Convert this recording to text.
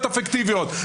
חשבוניות פיקטיביות,